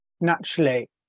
naturally